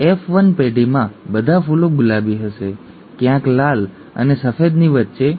F 1 પેઢીમાં બધા ફૂલો ગુલાબી હશે ક્યાંક લાલ અને સફેદની વચ્ચે ઠીક છે